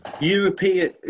European